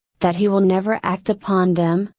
that he will never act upon them,